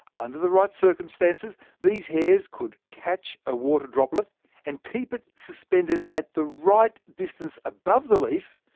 under the right circumstances, these hairs could catch a water droplet and keep it suspended at the right distance above the leaf,